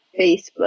Facebook